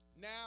now